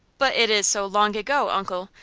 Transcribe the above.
but it is so long ago, uncle,